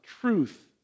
truth